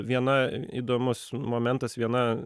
viena įdomus momentas viena